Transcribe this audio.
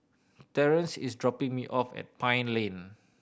Terance is dropping me off at Pine Lane